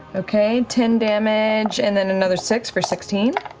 okay, ten damage, and then another six for sixteen.